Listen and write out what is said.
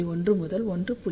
1 முதல் 1